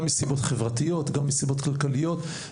גם מסיבות חברתיות וגם מסיבות כלכליות.